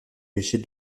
péchés